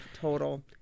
total